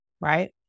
right